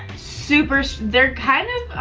supers they're kind of,